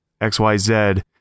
xyz